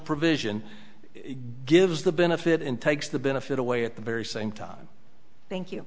provision gives the benefit in takes the benefit away at the very same time thank you